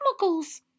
muggles